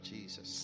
Jesus